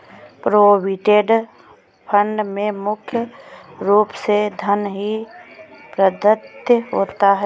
provident fund में मुख्य रूप से धन ही प्रदत्त होता है